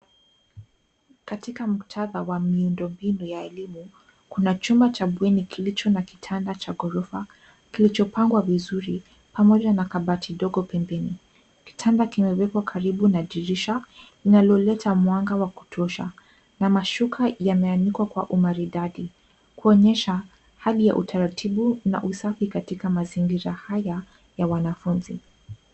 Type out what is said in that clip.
Katika muktadha wa miundombinu ya bweni, kuna chumba kilicho na kitanda cha ghorofa kilichopangwa vizuri pamoja na kabati ndogo pembeni. Kitanda kimewekwa karibu na dirisha linaloleta mwanga wa kutosha na mashuka yameanikwa kwa umaridadi kuonyesha hali ya utaratibu na usafi katika mazingira haya ya wanafunzi.